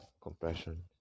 compression